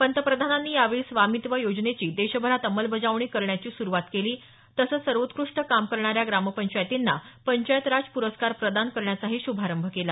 पंतप्रधानांनी यावेळी स्वामित्व योजनेची देशभरात अंमलबजावणी करण्याची सुरुवात केली तसंच सर्वोत्कृष्ट काम करणाऱ्या पंचायतींना पंचायत राज पुरस्कार प्रदान करण्याचाही श्रभारंभ केला